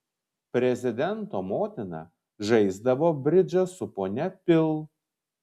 prezidento motina žaisdavo bridžą su ponia pil